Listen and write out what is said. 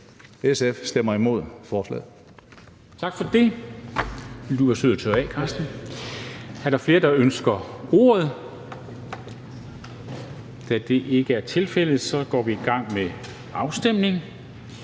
SF stemmer imod forslaget.